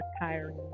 tiring